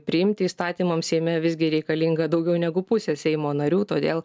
priimti įstatymams seime visgi reikalinga daugiau negu pusė seimo narių todėl